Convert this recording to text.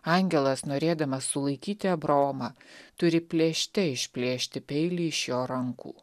angelas norėdamas sulaikyti abraomą turi plėšte išplėšti peilį iš jo rankų